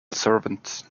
servant